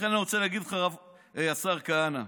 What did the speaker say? לכן אני רוצה להגיד לך, השר כהנא,